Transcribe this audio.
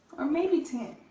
or maybe ten.